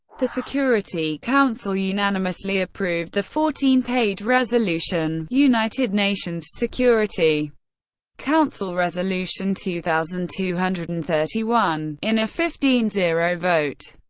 the security council unanimously approved the fourteen-page resolution united nations security council resolution two thousand two hundred and thirty one in a fifteen zero vote.